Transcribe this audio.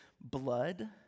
blood